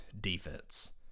defense